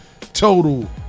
Total